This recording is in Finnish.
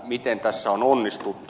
miten tässä on onnistuttu